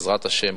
בעזרת השם,